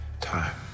Time